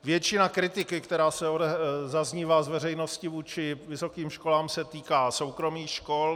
Většina kritiky, která zaznívá z veřejnosti vůči vysokým školám, se týká soukromých škol.